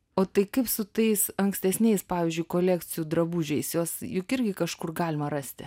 o tai kaip su tais ankstesniais pavyzdžiui kolekcijų drabužiais juos juk irgi kažkur galima rasti